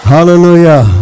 Hallelujah